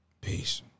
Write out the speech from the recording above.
peace